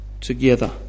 together